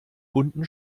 bunten